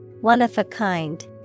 One-of-a-kind